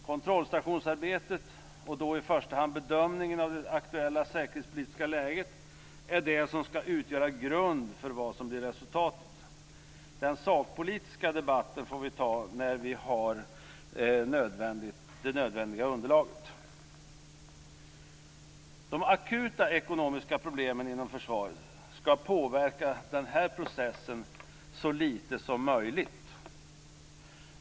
Kontrollstationsarbetet, och då i första hand bedömningen av det aktuella säkerhetspolitiska läget, är det som skall utgöra grund för vad som blir resultatet. Den sakpolitiska debatten får vi ta när vi har det nödvändiga underlaget. De akuta ekonomiska problemen inom försvaret skall påverka den här processen så litet som möjligt.